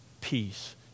peace